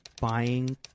buying